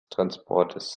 transportes